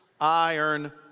iron